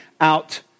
out